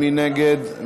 מי נגד?